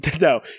No